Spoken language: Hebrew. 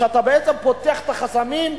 כשאתה פותח את החסמים,